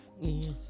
yes